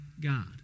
God